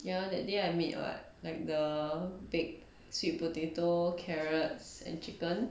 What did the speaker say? ya that day I baked [what] like the baked sweet potato carrots and chicken